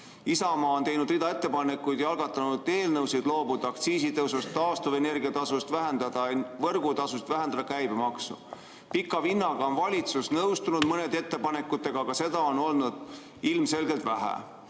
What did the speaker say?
on teinud rea ettepanekuid ja algatanud eelnõusid, et loobuda aktsiisitõusust ja taastuvenergiatasust, vähendada võrgutasusid, vähendada käibemaksu. Pika vinnaga on valitsus nõustunud mõne ettepanekuga, aga seda on olnud ilmselgelt vähe.